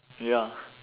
ya